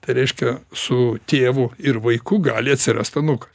tai reiškia su tėvu ir vaiku gali atsirast anūkai